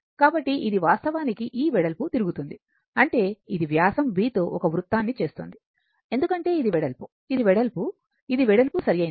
కాబట్టి ఇది వాస్తవానికి ఈ వెడల్పు తిరుగుతోంది అంటే ఇది వ్యాసం B తో ఒక వృత్తాన్ని చేస్తుంది ఎందుకంటే ఇది వెడల్పు ఇది వెడల్పు ఇది వెడల్పు సరియైనది